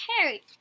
Harry